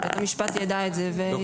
בית המשפט ידע את זה ויחליט.